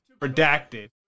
Redacted